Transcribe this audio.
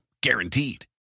guaranteed